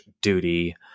duty